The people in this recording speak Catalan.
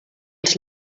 els